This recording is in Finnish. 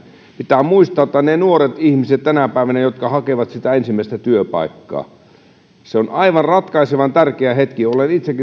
pitää muistaa että niille nuorille ihmisille jotka tänä päivänä hakevat sitä ensimmäistä työpaikkaa se on aivan ratkaisevan tärkeä hetki olen itsekin sen aikoinaan